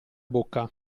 bocca